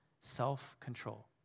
Self-control